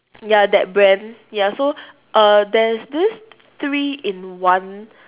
ya that brand ya so err there's this three in one